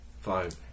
Five